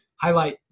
highlight